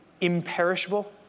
imperishable